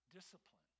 discipline